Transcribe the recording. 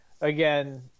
again